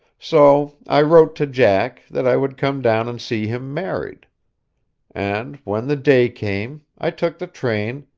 so i wrote to jack that i would come down and see him married and when the day came i took the train,